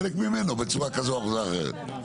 חלק ממנו בצורה כזו או אחרת.